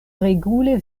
regule